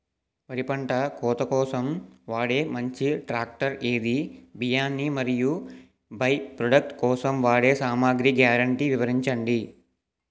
వరి పంట కోత కోసం వాడే మంచి ట్రాక్టర్ ఏది? బియ్యాన్ని మరియు బై ప్రొడక్ట్ కోసం వాడే సామాగ్రి గ్యారంటీ వివరించండి?